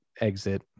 exit